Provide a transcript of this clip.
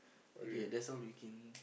okay that's all we can